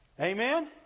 Amen